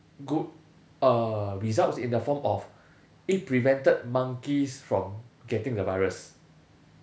good uh results in the form of it prevented monkeys from getting the virus